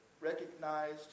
recognized